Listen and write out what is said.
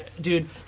dude